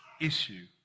issue